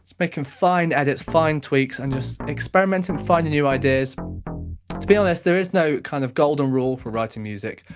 making fine edits, fine tweaks, and just experimenting, finding new ideas to be honest, there is no kind of golden rule for writing music,